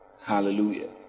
Hallelujah